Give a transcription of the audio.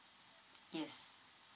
yes